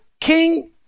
king